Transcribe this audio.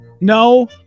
No